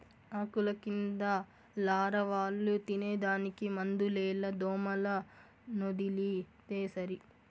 ఆకుల కింద లారవాలు తినేదానికి మందులేల దోమలనొదిలితే సరి